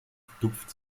tupft